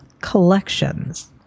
collections